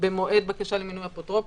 במועד בקשה למינוי אפוטרופוס,